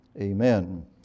amen